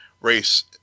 race